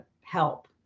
help